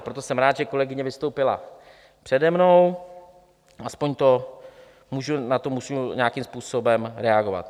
Proto jsem rád, že kolegyně vystoupila přede mnou, aspoň na to můžu nějakým způsobem reagovat.